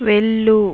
వెళ్ళు